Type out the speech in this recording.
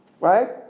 right